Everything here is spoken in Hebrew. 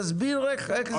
תסביר איך זה קורה.